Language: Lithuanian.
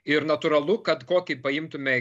ir natūralu kad kokį paimtume